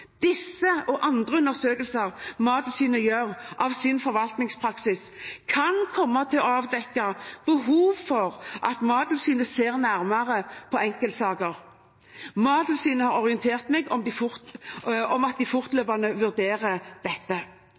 Disse og andre undersøkelser Mattilsynet gjør av sin forvaltningspraksis, kan komme til å avdekke behov for at Mattilsynet ser nærmere på enkeltsaker. Mattilsynet har orientert meg om at de fortløpende vurderer dette.